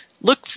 look